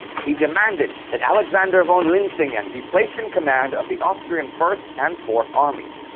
he demanded that alexander von linsingen be placed in command of the austrian first and fourth armies.